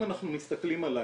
אנחנו מסתכלים על העתיד,